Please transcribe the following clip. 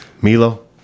Milo